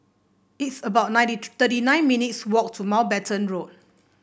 it's about ninety thirty nine minutes' walk to Mountbatten Road